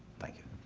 thank you.